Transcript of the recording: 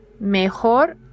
Mejor